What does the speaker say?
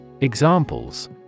Examples